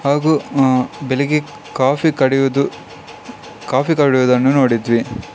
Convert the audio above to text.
ಹಾಗೂ ಬೆಳಗ್ಗೆ ಕಾಫಿ ಕಡೆಯುವುದು ಕಾಫಿ ಕಡೆಯುವುದನ್ನು ನೋಡಿದ್ವಿ